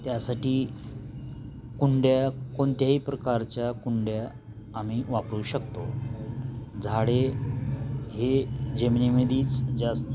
त्यासाठी कुंड्या कोणत्याही प्रकारच्या कुंड्या आम्ही वापरू शकतो झाडे हे जमिनीमध्येच जास्त